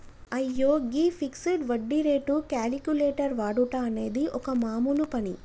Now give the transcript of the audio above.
అయ్యో గీ ఫిక్సడ్ వడ్డీ రేటు క్యాలిక్యులేటర్ వాడుట అనేది ఒక మామూలు పని